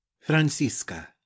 Francisca